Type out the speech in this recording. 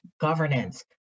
governance